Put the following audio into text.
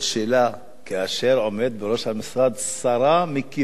כאשר עומדת בראש המשרד שרה מקיבוץ חקלאי,